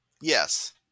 Yes